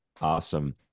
Awesome